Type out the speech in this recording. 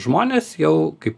žmonės jau kaip